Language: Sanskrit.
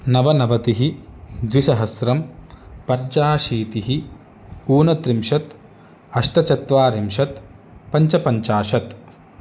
नवनवतिः द्विसहस्रम् पञ्चाशीतिः ऊनत्रिंशत् अष्टचत्वारिंशत् पञ्चपञ्चाशत्